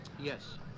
Yes